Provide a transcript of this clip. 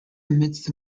amidst